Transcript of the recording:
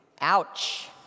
Ouch